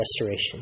restoration